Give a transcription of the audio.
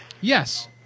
Yes